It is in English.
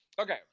Okay